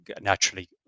Naturally